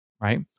right